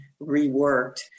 reworked